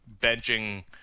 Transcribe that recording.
benching